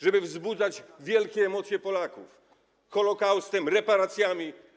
Żeby wzbudzać wielkie emocje Polaków Holokaustem, reparacjami.